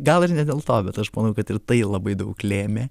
gal ir ne dėl to bet aš manau kad ir tai labai daug lėmė